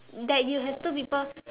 that you have two people